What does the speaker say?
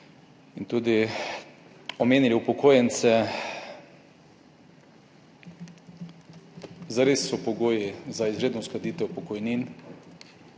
iz Levice omenili tudi upokojence. Zares so pogoji za izredno uskladitev pokojnin,